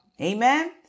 Amen